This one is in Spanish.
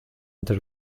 entre